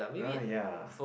uh ya